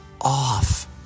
off